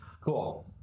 Cool